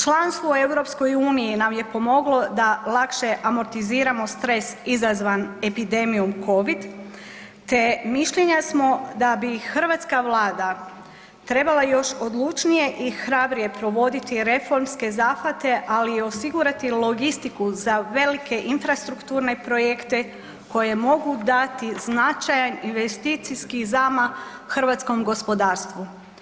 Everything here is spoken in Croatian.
Članstvo u EU nam je pomoglo da lakše amortiziramo stres izazvan epidemijom covid, te mišljenja smo da bi hrvatska Vlada trebala još odlučnije i hrabrije provoditi reformske zahvate, ali i osigurati logistiku za velike infrastrukturne projekte koje mogu dati značajan investicijski zamah hrvatskom gospodarstvu.